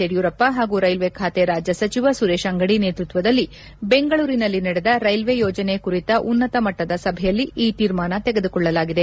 ಯಡಿಯೂರಪ್ಪ ಹಾಗೂ ರೈಲ್ವೇ ಖಾತೆ ರಾಜ್ಯ ಸಚಿವ ಸುರೇಶ್ ಅಂಗಡಿ ನೇತೃತ್ವದಲ್ಲಿ ದೆಂಗಳೂರಿನಲ್ಲಿ ನಡೆದ ರ್ನೆಲ್ಲೇ ಯೋಜನೆ ಕುರಿತ ಉನ್ನತ ಮಟ್ಲದ ಸಭೆಯಲ್ಲಿ ಈ ತೀರ್ಮಾನ ತೆಗೆದುಕೊಳ್ಳಲಾಗಿದೆ